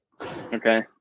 okay